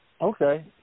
Okay